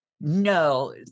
no